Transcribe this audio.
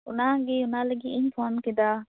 ᱚᱱᱟᱜᱮ ᱚᱱᱟ ᱞᱟ ᱜᱤᱫ ᱤᱧ ᱯᱷᱳᱱ ᱠᱮᱫᱟ